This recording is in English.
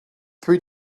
three